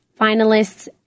finalists